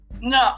no